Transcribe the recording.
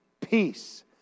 peace